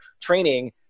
training